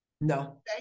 No